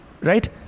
right